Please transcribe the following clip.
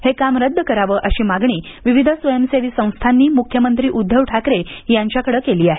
हे काम रदद करावे अशी मागणी विविध स्वंयसेवी संस्थानी म्ख्यमंत्री उद्धव ठाकरे यांच्याकडे केली आहे